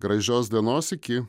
gražios dienos iki